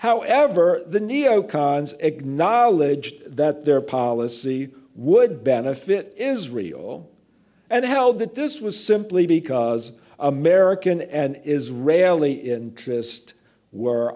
however the neo cons acknowledged that their policy would benefit is real and held that this was simply because american and is rarely interest were